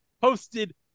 posted